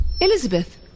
Elizabeth